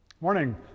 Morning